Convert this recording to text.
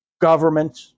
government